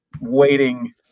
waiting